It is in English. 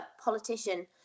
politician